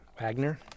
Wagner